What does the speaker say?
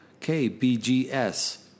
KBGS